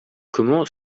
comment